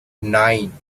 nine